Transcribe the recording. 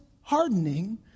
hardening